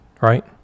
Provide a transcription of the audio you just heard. right